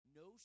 no